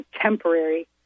temporary